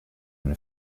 can